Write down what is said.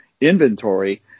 inventory